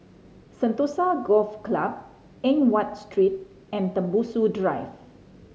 Sentosa Golf Club Eng Watt Street and Tembusu Drive